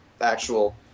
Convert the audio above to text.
actual